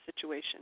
situation